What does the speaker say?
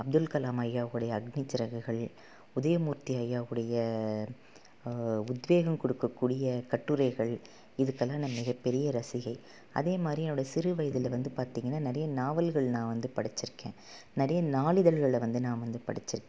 அப்துல் கலாம் ஐயாவோடைய அக்னி சிறகுகள் உதயமூர்த்தி ஐயாவுடைய உத்வேகம் கொடுக்கக்கூடிய கட்டுரைகள் இதுக்கெல்லாம் நா மிகப்பெரிய ரசிகை அதேமாதிரி என்னோடய சிறு வயதில் வந்து பார்த்திங்கன்னா நிறைய நாவல்கள் நான் வந்து படித்திருக்கேன் நிறைய நாளிதழ்களை வந்து நான் வந்து படித்திருக்கேன்